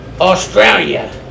Australia